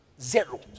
zero